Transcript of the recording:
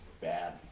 Bad